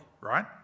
Right